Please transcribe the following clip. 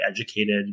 educated